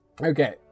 Okay